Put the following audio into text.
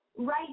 right